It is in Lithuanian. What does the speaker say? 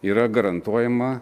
yra garantuojama